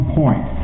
point